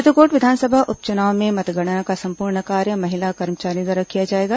चित्रकोट विधानसभा उप चुनाव में मतगणना का संपूर्ण कार्य महिला कर्मचारियों द्वारा किया जाएगा